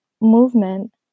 movement